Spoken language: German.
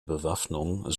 bewaffnung